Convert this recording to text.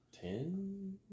Ten